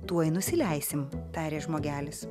tuoj nusileisim tarė žmogelis